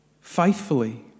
faithfully